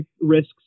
risks